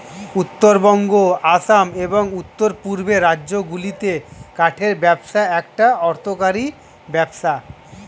উত্তরবঙ্গ, আসাম, এবং উওর পূর্বের রাজ্যগুলিতে কাঠের ব্যবসা একটা অর্থকরী ব্যবসা